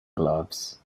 gloves